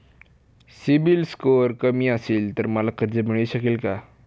CIBIL score कमी असेल तर मला कर्ज मिळू शकेल का?